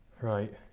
Right